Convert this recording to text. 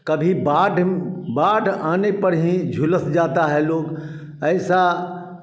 कभी बाढ़ बाढ़ आने पर ही झुलस जाता है लोग ऐसा